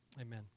Amen